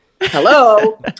hello